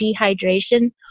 dehydration